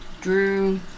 Drew